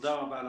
תודה רבה לך.